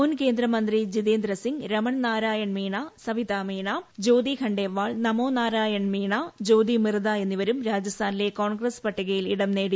മുൻ കേന്ദ്രമന്ത്രി ജിതേന്ദ്ര സിംഗ് രമൺ നാരായണൻ മീണ സവിത മീണ ജ്വോതി ഖണ്ഡേവാൾ നമോ നാരായൺ മീണ ജ്യോതി മിർധ എന്നിവരും രാജസ്ഥാനിലെ കോൺഗ്രസ് പട്ടികയിൽ ഇടം നേടി